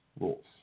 rules